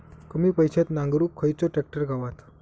कमी पैशात नांगरुक खयचो ट्रॅक्टर गावात?